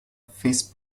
fish